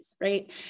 right